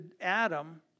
Adam